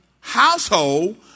household